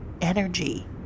energy